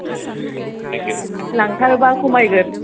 लांथारोबा खमायगोन